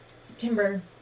September